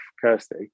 Kirsty